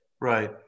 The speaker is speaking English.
Right